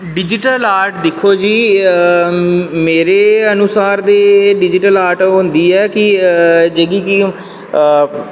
digital art मेरे अनुसार दिक्खो जी डिजीटल आर्ट ओह् होंदी ऐ कि जेह्की चीज़